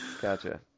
gotcha